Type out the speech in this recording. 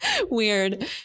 Weird